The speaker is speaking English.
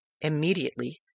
Immediately